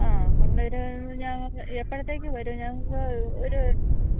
ആ കൊണ്ടുവരും ഞാന് എപ്പഴത്തേക്ക് വരും ഞങ്ങൾക്ക് ഒരു